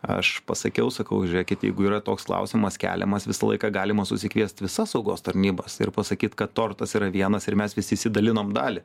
aš pasakiau sakau žiūrėkit jeigu yra toks klausimas keliamas visą laiką galima susikviest visas saugos tarnybas ir pasakyt kad tortas yra vienas ir mes visi išsidalinom dalį